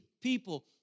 people